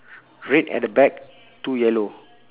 red at the back two yellow